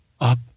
up